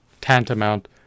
tantamount